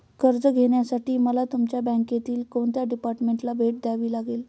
कर्ज घेण्यासाठी मला तुमच्या बँकेतील कोणत्या डिपार्टमेंटला भेट द्यावी लागेल?